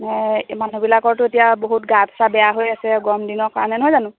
মানে মানুহবিলাকৰতো এতিয়া বহুত গা চা বেয়া হৈ আছে গৰমদিনৰ কাৰণে নহয় জানো